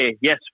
Yes